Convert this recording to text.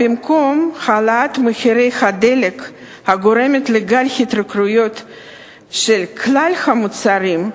במקום העלאת מחירי הדלק הגורמת לגל התייקרויות של כלל המוצרים,